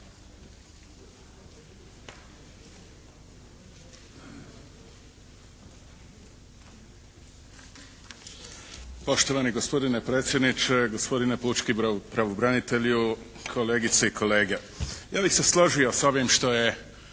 Poštovani gospodine predsjedniče, gospodine pučki pravobranitelju, kolegice i kolege. Ja bih se složio s ovim što je